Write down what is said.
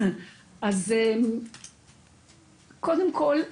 אז, קודם כל,